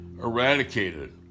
Eradicated